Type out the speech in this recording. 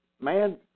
man